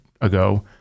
ago